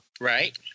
Right